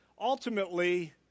ultimately